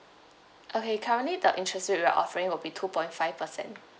okay currently the interest rate we are offering will be two point five percent